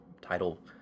title